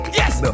yes